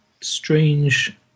strange